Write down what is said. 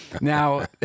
Now